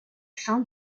fin